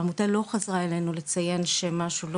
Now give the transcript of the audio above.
העמותה לא חזרה אלינו לציין שמשהו לא